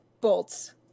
bolts